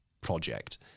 project